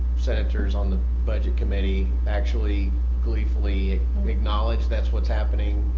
senators on the budget committee actually gleefully acknowledge that's what's happening.